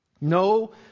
No